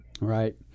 Right